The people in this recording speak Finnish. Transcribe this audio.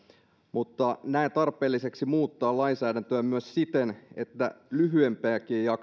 mutta näen tarpeelliseksi muuttaa lainsäädäntöä myös siten että lyhyempiäkin jaksoja